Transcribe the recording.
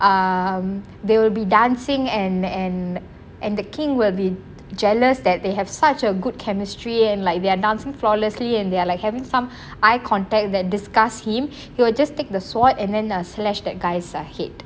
um they will be dancing and and and the king will be jealous that they have such a good chemistry and like they are dancing flawlessly and they are like having some eye contact that disgust him he would just take the sword and then a slashed that guys head